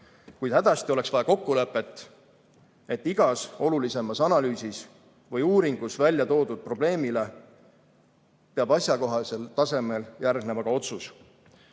Kuid hädasti oleks vaja kokkulepet, et igas olulisemas analüüsis või uuringus välja toodud probleemile peab asjakohasel tasemel järgnema ka otsus.